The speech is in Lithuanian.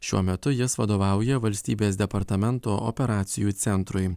šiuo metu jis vadovauja valstybės departamento operacijų centrui